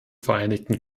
vereinigten